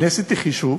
עשיתי חישוב